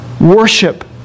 worship